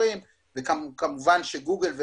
מתקשרים אתם וכמובן גוגל,